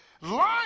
Lying